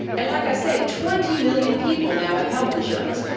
and like i say, twenty million people now have health insurance.